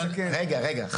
שנייה,